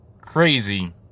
crazy